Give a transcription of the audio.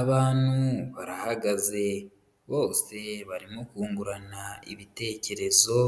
Abantu barahagaze, bose barimo kungurana ibitekerezo,